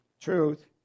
truth